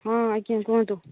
ହଁ ଆଜ୍ଞା କୁହନ୍ତୁ